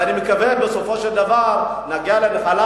ואני מקווה שבסופו של דבר נגיע לנחלה.